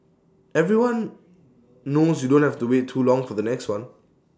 everyone knows you don't have to wait too long for the next one